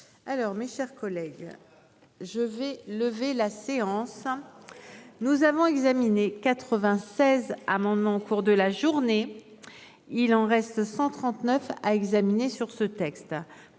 Mes chers collègues, je vais lever la séance. Nous avons examiné 96 amendements au cours de la journée. Il en reste 139 à examiner sur ce texte.